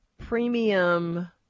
premium